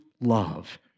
love